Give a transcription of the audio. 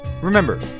remember